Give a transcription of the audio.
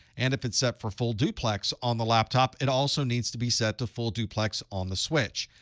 and if it's set for full duplex on the laptop, it also needs to be set to full duplex on the switch.